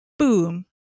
boom